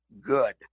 Good